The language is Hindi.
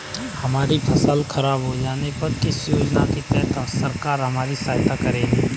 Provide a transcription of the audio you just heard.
हमारी फसल खराब हो जाने पर किस योजना के तहत सरकार हमारी सहायता करेगी?